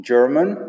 German